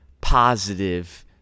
positive